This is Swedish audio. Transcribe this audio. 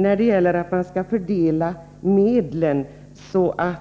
När det gäller fördelningen av medlen skulle